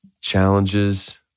challenges